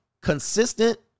consistent